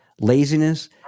Laziness